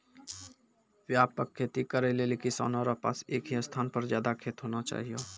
व्यापक खेती करै लेली किसानो रो पास एक ही स्थान पर ज्यादा खेत होना चाहियो